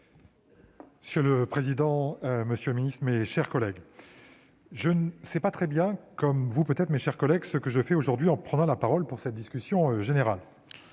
Monsieur le président, monsieur le garde des sceaux, mes chers collègues, je ne sais pas très bien, comme vous peut-être, ce que je fais aujourd'hui en prenant la parole dans cette discussion générale.